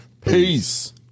Peace